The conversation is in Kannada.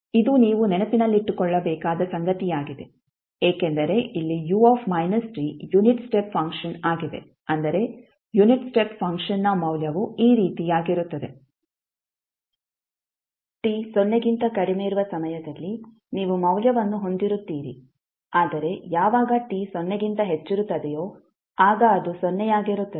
ಆದ್ದರಿಂದ ಇದು ನೀವು ನೆನಪಿನಲ್ಲಿಟ್ಟುಕೊಳ್ಳಬೇಕಾದ ಸಂಗತಿಯಾಗಿದೆ ಏಕೆಂದರೆ ಇಲ್ಲಿ ಯುನಿಟ್ ಸ್ಟೆಪ್ ಫಂಕ್ಷನ್ ಆಗಿದೆ ಅಂದರೆ ಯುನಿಟ್ ಸ್ಟೆಪ್ ಫಂಕ್ಷನ್ನ ಮೌಲ್ಯವು ಈ ರೀತಿಯಾಗಿರುತ್ತದೆ t ಸೊನ್ನೆಗಿಂತ ಕಡಿಮೆ ಇರುವ ಸಮಯದಲ್ಲಿ ನೀವು ಮೌಲ್ಯವನ್ನು ಹೊಂದಿರುತ್ತೀರಿ ಆದರೆ ಯಾವಾಗ t ಸೊನ್ನೆಗಿಂತ ಹೆಚ್ಚಿರುತ್ತದೆಯೋ ಆಗ ಅದು ಸೊನ್ನೆಯಾಗಿರುತ್ತದೆ